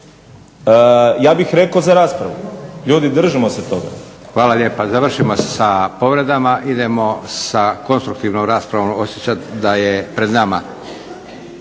ja bih rekao za raspravu. Ljudi držimo se toga. **Leko, Josip (SDP)** Hvala lijepa. Završimo sa povredama. Idemo sa konstruktivnom raspravom, osjećat da je pred nama.